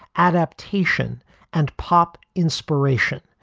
adaptation and pop inspiration.